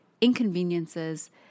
inconveniences